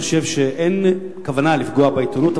אני חושב שאין כוונה לפגוע בעיתונות,